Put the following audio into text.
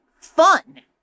fun